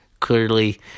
clearly